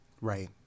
right